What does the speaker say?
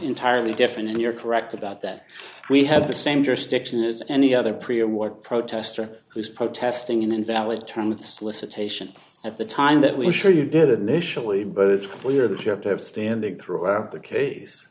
entirely different and you're correct about that we have the same jurisdiction is any other pre of what protester who's protesting an invalid term in the solicitation at the time that we're sure you did initially but it's clear that you have to have standing throughout the case